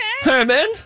Herman